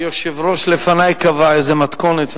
היושב-ראש לפני קבע איזו מתכונת,